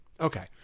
Okay